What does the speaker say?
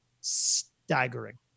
staggering